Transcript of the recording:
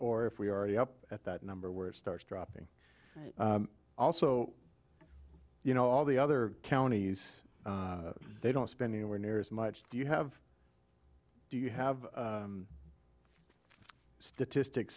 or if we're already up at that number where it starts dropping also you know all the other counties they don't spend anywhere near as much do you have do you have statistics